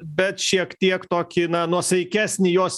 bet šiek tiek tokį na nuosaikesnį jos